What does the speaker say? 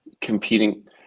competing